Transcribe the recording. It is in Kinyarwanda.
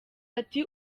ati